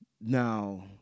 Now